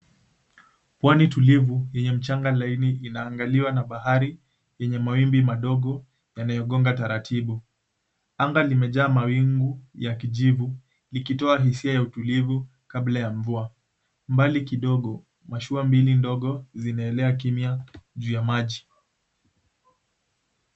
Pwani tulivu yenye mchanga laini inaangaliwa na bahari yenye mawimbi madogo yanayogonga taratibu. Anga limejaa mawingu ya kijivu likitoa hisia ya utulivu kabla ya mvua. Mbali kidogo mashua mbili mdogo zinaelea kimya jua ya maji.